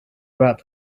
about